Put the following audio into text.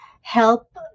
help